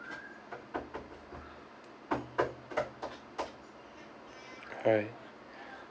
alright